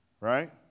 Right